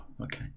Okay